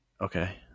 Okay